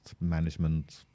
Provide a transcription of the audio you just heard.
management